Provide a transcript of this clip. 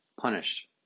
punished